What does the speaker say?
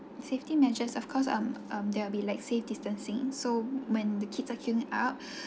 safety measures of course um um there will be like safe distancing so when the kids are queueing up